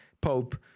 Pope